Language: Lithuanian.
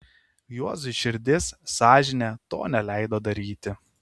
juozui širdis sąžinė to neleido daryti